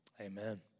amen